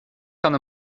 kann